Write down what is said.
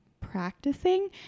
practicing